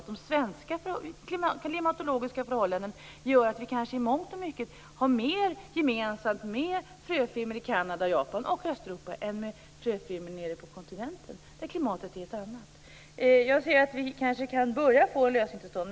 De svenska klimatologiska förhållandena gör att vi i mångt och mycket har mer gemensamt med fröfirmor i Kanada, Japan och Östeuropa än med fröfirmor nere på kontinenten, där klimatet är ett annat. Jag ser att vi kanske kan börja att få en lösning till stånd.